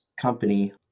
company